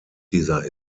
dieser